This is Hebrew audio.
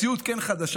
אבל המציאות כן חדשה,